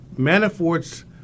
Manafort's